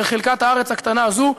אל חלקת הארץ הקטנה הזאת,